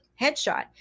headshot